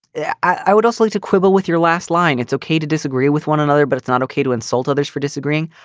yeah i would also like to quibble with your last line. it's okay to disagree with one another, but it's not okay to insult others for disagreeing.